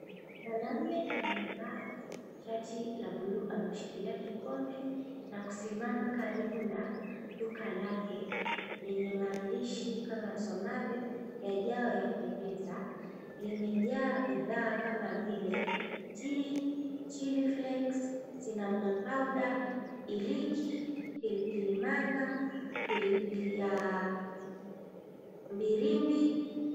Mwanaume aliyevaa shati la buluu ameshikilia kikombe na kusimama karibu na duka lake lenye maandishi kama yasomavyo: Yajaayo Yapendeza. Limejaa bidhaa kama vile, chili chili flakes , cinnamon powder , iliki, pilipili manga, pilipili ya firimbi.